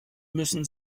müssen